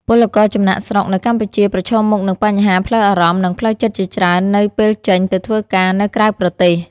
ពលករចំណាកស្រុកនៅកម្ពុជាប្រឈមមុខនឹងបញ្ហាផ្លូវអារម្មណ៍ និងផ្លូវចិត្តជាច្រើននៅពេលចេញទៅធ្វើការនៅក្រៅប្រទេស។